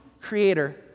creator